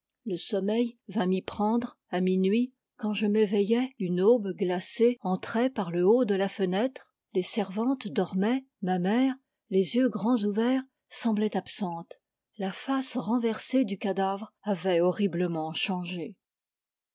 le sommeil vint m'y prendre à minuit quand je m'éveillai une aube glacée entrait par le haut de la fenêtre les servantes dormaient ma mère les yeux grands ouverts semblait absente la face renversée du cadavre avait horriblement changé